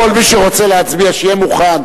אני מבקש מכל מי שרוצה להצביע שיהיה מוכן.